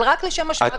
אבל רק לשם השוואה,